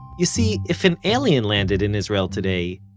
you see, if an alien landed in israel today,